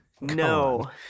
no